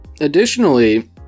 Additionally